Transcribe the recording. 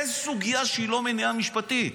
אין סוגיה שהיא לא מניעה משפטית.